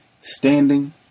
standing